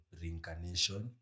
reincarnation